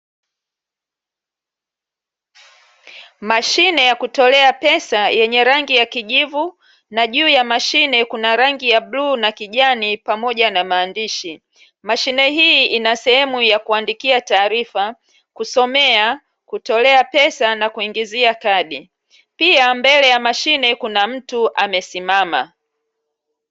Mashine ya kutolea pesa yenye rangi ya kijivu, na juu ya mashine kuna rangi ya bluu na kijani pamoja na maandishi. Mashine hii ina sehemu ya kuandikia taarifa, kusomea, kutolea pesa na kuingizia kadi. Pia, mbele ya mashine kuna mtu amesimama.